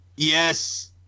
Yes